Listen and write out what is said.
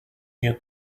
mute